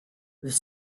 with